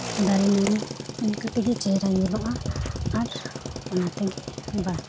ᱫᱟᱨᱮᱼᱱᱟᱹᱲᱤ ᱤᱱᱠᱟᱹ ᱛᱮᱜᱮ ᱪᱮᱦᱨᱟ ᱧᱮᱞᱚᱜᱼᱟ ᱟᱨ ᱚᱱᱟ ᱛᱮᱜᱮ ᱵᱟᱦᱟᱜᱼᱟ